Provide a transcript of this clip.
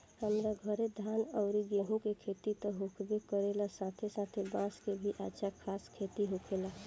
हमरा घरे धान अउरी गेंहू के खेती त होखबे करेला साथे साथे बांस के भी अच्छा खासा खेती होखेला